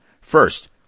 First